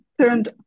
turned